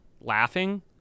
laughing